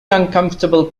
uncomfortable